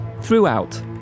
Throughout